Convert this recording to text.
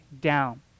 down